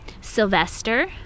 sylvester